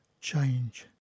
change